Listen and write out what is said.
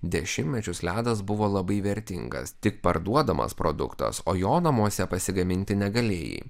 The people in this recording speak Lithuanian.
dešimtmečius ledas buvo labai vertingas tik parduodamas produktas o jo namuose pasigaminti negalėjai